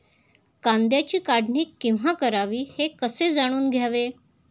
कांद्याची काढणी केव्हा करावी हे कसे जाणून घ्यावे?